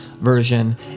version